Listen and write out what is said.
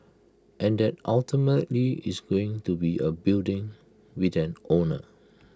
and that ultimately is going to be A building with an owner